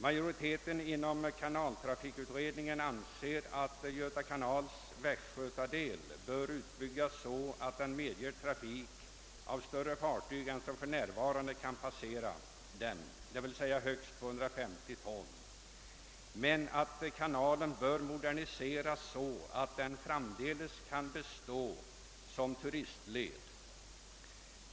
Majoriteten inom kanaltrafikutredningen anser att Göta kanals västgötadel bör utbyggas så att den medger trafik med större fartyg än som för närvarande kan passera den, d. v. s. fartyg om högst 250 ton, men att kanalen bör moderniseras så att den framdeles kan bestå som turistled.